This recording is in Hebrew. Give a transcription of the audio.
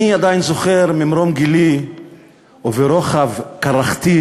אני עדיין זוכר, ממרום גילי וברוחב קרחתי,